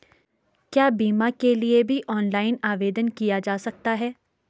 क्या बीमा के लिए भी ऑनलाइन आवेदन किया जा सकता है?